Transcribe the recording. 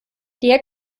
der